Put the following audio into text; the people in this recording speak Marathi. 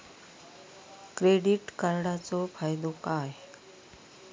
क्रेडिट कार्डाचो फायदो काय?